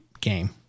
game